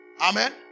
Amen